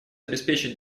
обеспечить